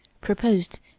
proposed